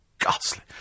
ghastly